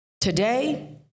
Today